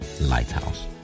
Lighthouse